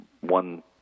one